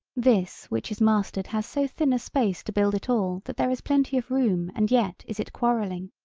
this which is mastered has so thin a space to build it all that there is plenty of room and yet is it quarreling,